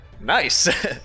nice